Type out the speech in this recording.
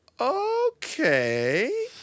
okay